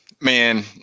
Man